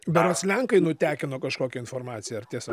berods lenkai nutekino kažkokią informaciją ar tiesa